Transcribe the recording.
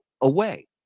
away